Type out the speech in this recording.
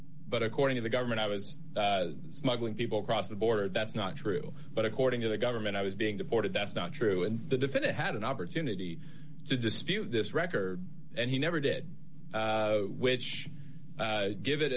but according to the government i was smuggling people across the border that's not true but according to the government i was being deported that's not true and the defendant had an opportunity to dispute this record and he never did which give it